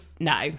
no